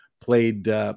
Played